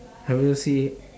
have you see it